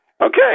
Okay